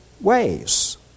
ways